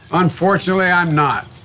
unfortunately, i'm not.